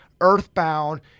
earthbound